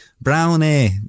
Brownie